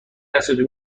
دستتو